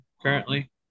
currently